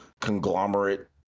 conglomerate